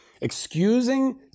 Excusing